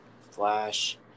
Flash